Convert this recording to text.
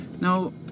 now